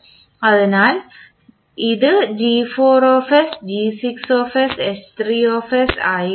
അതിനാൽ ഇത് ആയി മാറും